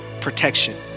protection